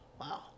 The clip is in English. wow